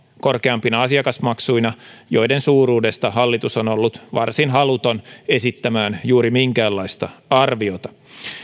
korkeampina asiakasmaksuina joiden suuruudesta hallitus on ollut varsin haluton esittämään juuri minkäänlaista arviota